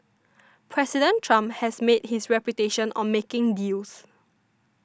President Trump has made his reputation on making deals